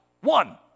one